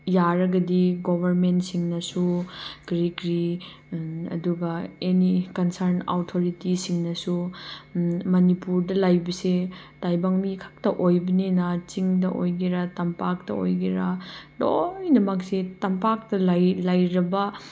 ꯌꯥꯔꯒꯗꯤ ꯒꯣꯕꯔꯃꯦꯟꯁꯤꯡꯅꯁꯨ ꯀꯔꯤ ꯀꯔꯤ ꯑꯗꯨꯒ ꯑꯦꯅꯤ ꯀꯟꯁꯔꯟ ꯑꯣꯊꯣꯔꯣꯇꯤꯁꯤꯡꯅꯁꯨ ꯃꯅꯤꯄꯨꯔꯗ ꯂꯩꯕꯁꯦ ꯇꯥꯏꯕꯪ ꯃꯤꯈꯛꯇ ꯑꯣꯏꯕꯅꯤꯅ ꯆꯤꯡꯗ ꯑꯣꯏꯒꯦꯔꯥ ꯇꯝꯄꯥꯛꯇ ꯑꯣꯏꯒꯦꯔꯥ ꯂꯣꯏꯅꯃꯛꯁꯦ ꯇꯝꯄꯥꯛꯇ ꯂꯩꯔꯕ